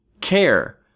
care